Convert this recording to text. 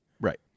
Right